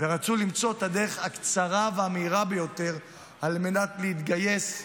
ורצו למצוא את הדרך הקצרה והמהירה ביותר על מנת להתגייס,